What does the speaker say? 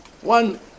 one